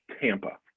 Tampa